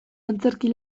antzerki